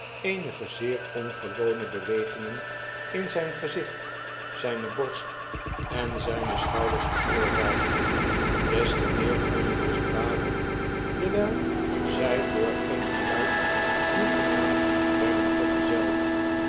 eenige zeer ongewone bewegingen in zgn gezicht zijne borst en zgne schouders veroorzaakte des te meer onrustbarend dewijl zg door geen geluid hoegenaamd werden vergezeld